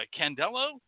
Candelo